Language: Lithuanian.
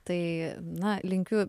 tai na linkiu